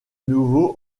nouveau